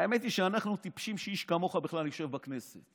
האמת היא שאנחנו טיפשים שאיש כמוך בכלל יושב בכנסת.